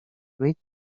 fruit